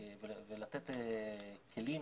ולתת כלים